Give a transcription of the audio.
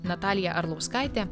natalija arlauskaite